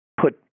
put